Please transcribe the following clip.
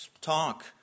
talk